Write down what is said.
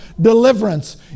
deliverance